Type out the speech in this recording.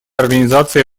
организации